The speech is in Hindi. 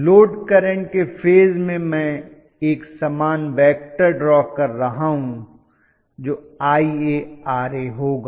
लोड करंट के फेज में मैं एक समान वेक्टर ड्रॉ कर रहा हूं जो IaRa होगा